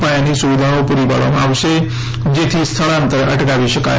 પાયાની સુવિધાઓ પૂરી પાડવામાં આવશે જેથી સ્થળાંતર અટકાવી શકાય